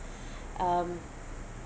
um